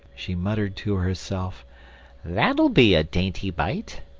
she muttered to herself that'll be a dainty bite.